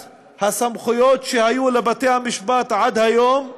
הסמכויות שהיו לבתי-המשפט עד היום להאריך,